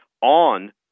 on